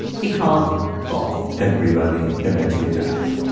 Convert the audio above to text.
he called bull everybody eventually dies